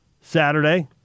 Saturday